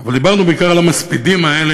אבל דיברנו בעיקר על המספידים האלה,